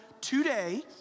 today